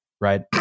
right